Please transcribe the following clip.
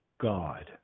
God